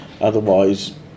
otherwise